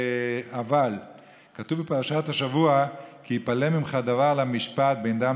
אבל כתוב בפרשת השבוע: "כי יפלא ממך דבר למשפט בין דם